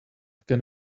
can